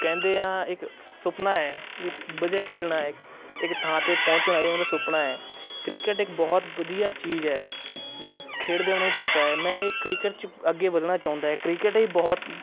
ਕਹਿੰਦੇ ਆ ਇੱਕ ਸੁਪਨਾ ਹੈ ਵੀ ਵਧੀਆ ਖੇਡਣਾ ਏ ਇੱਕ ਥਾਂ 'ਤੇ ਪਹੁੰਚਣਾ ਇਹ ਮੇਰਾ ਸੁਪਨਾ ਹੈ ਕ੍ਰਿਕਟ ਇੱਕ ਬਹੁਤ ਵਧੀਆ ਚੀਜ਼ ਹੈ ਜਿਹੜਾ ਖੇਡਦੇ ਉਹਨਾਂ ਨੂੰ ਪਤਾ ਹੈ ਮੈਂ ਇਹ ਕ੍ਰਿਕਟ 'ਚ ਅੱਗੇ ਵਧਣਾ ਚਾਹੁੰਦਾ ਏ ਕ੍ਰਿਕੇਟ ਇਹ ਬਹੁਤ